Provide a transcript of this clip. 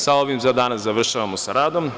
Sa ovim za danas završavamo sa radom.